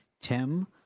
Tim